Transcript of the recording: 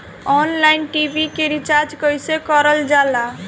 Online TV के recharge कईसे करल जाला?